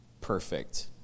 perfect